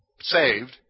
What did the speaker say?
saved